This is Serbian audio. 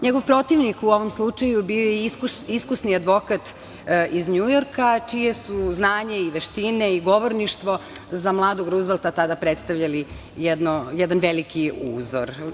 Njegov protivnik u ovom slučaju je bio iskusni advokat iz Njujorka, čija su znanja i veštine i govorništvo za mladog Ruzvelta tada predstavljali jedan veliki uzor.